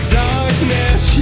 darkness